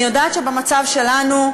אני יודעת שבמצב שלנו,